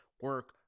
Work